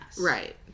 Right